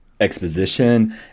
exposition